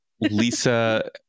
Lisa